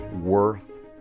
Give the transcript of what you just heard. worth